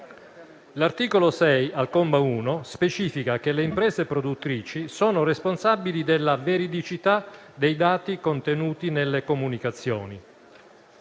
L'articolo 6, al comma 1, specifica che le imprese produttrici sono responsabili della veridicità dei dati contenuti nelle comunicazioni.